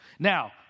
Now